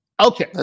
Okay